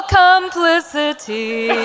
complicity